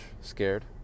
scared